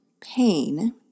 pain